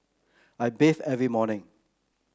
I bathe every morning